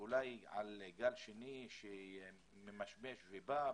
לגל שני שאולי ממשמש ובא.